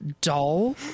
dull